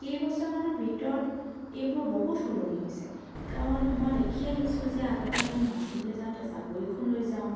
কেইবছৰমানৰ ভিতৰত এইবোৰ বহুত সলনি হৈছে কাৰণ মই দেখি আহিছোঁ যে আগতে আমি মাছ ধৰিবলৈ যাওঁতে জাকৈ এখন লৈ যাওঁ